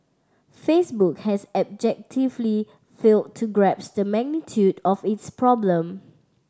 Facebook has abjectly failed to grasp the magnitude of its problem